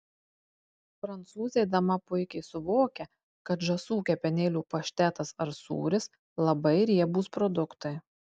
prancūzė dama puikiai suvokia kad žąsų kepenėlių paštetas ar sūris labai riebūs produktai